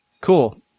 Cool